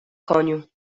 koniu